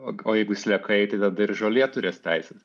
o jeigu sliekai tai tada ir žolė turės teises